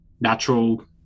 natural